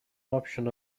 option